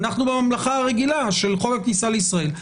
אנחנו בממלכה הרגילה של חוק הכניסה לישראל.